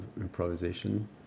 improvisation